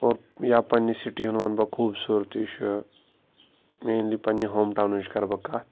اور یا پَنٛنہِ سِٹی ہُنٛد وَنہٕ بہٕ خوٗبصوٗرتی چھُ مینلی پَنٛنہِ ہوم ٹاونٕچ کَرٕ بہٕ کَتھ